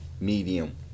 Medium